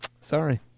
sorry